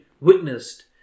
witnessed